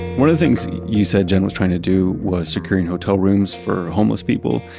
one of the things you said jen was trying to do was securing hotel rooms for homeless people.